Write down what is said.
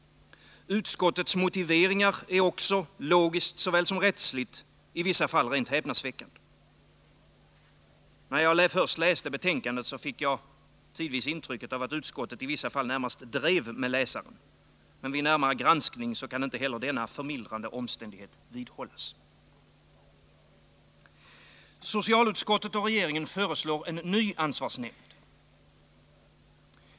Utskottets motiveringar är också logiskt och rättsligt i vissa fall rent häpnadsväckande. När jag först läste betänkandet fick jag tidvis intrycket att utskottet i vissa fall närmast drev med läsaren, men vid närmare granskning kan inte heller denna förmildrande omständighet vidhållas. Socialutskottet och regeringen föreslår en ny ansvarsnämnd.